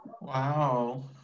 Wow